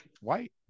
white